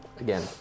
Again